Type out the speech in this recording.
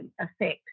affect